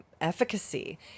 efficacy